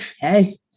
hey